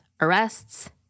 arrests